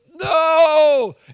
no